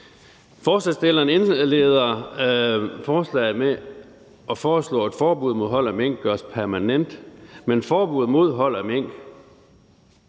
Forslagsstillerne indleder forslaget med at foreslå, at forbuddet mod hold af mink gøres permanent. Men forbuddet mod hold af mink